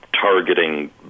targeting